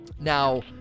now